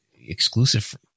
exclusive